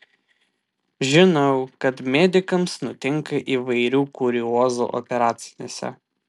žinau kad medikams nutinka įvairių kuriozų operacinėse